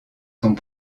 sont